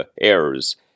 errors